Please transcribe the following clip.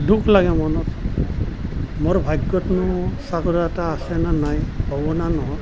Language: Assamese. দুখ লাগে মনত মোৰ ভাগ্যতনো চাকৰি এটা আছেনে নাই হ'ব নে নহ'ব